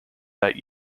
that